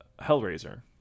hellraiser